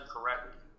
correctly